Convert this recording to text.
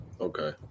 Okay